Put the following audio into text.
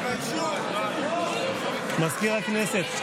מזכיר הכנסת,